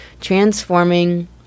Transforming